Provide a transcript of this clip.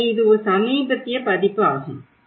எனவே இது மிக சமீபத்திய பதிப்பு ஆகும்